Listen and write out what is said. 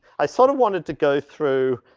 i sort of wanted to go through